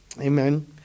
Amen